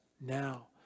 now